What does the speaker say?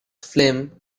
flame